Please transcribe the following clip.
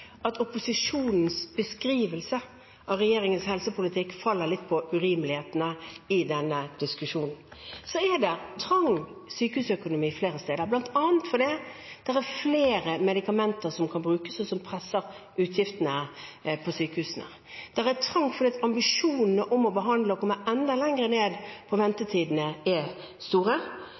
at opposisjonens beskrivelse av regjeringens helsepolitikk faller litt på sin egen urimelighet i denne diskusjonen. Så er det trang sykehusøkonomi flere steder, bl.a. fordi det er flere medikamenter som kan brukes, og som presser utgiftene på sykehusene. Det er trangt fordi ambisjonene om å behandle og redusere ventetidene enda mer, er store. Men det har altså vært store